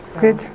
good